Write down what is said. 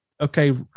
Okay